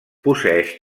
posseeix